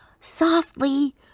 softly